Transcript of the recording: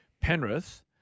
Penrith